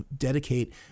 dedicate